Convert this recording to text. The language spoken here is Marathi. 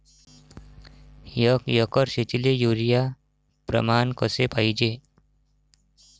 एक एकर शेतीले युरिया प्रमान कसे पाहिजे?